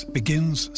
begins